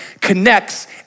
connects